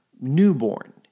newborn